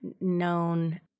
known